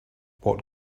what